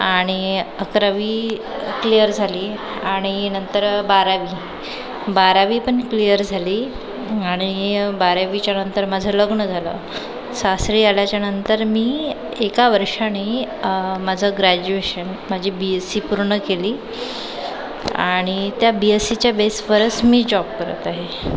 आणि अकरावी क्लिअर झाली आणि नंतर बारावी बारावी पण क्लिअर झाली आणि बारावीच्यानंतर माझं लग्न झालं सासरी आल्याच्यानंतर मी एका वर्षाने माझं ग्रॅज्युएशन माझी बी एस सी पूर्ण केली आणि त्या बी एस सीच्या बेसवरच मी जॉब करत आहे